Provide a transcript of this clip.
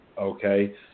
Okay